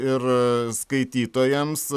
ir skaitytojams